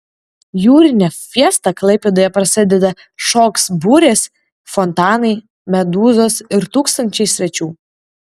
jūrinė fiesta klaipėdoje prasideda šoks burės fontanai medūzos ir tūkstančiai svečių